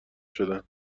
شدن